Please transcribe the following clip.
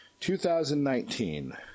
2019